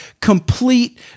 complete